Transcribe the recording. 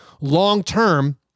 long-term